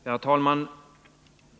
Herr talman!